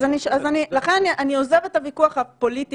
לכן אני עוזבת את הוויכוח הפוליטי,